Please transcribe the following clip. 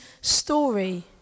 story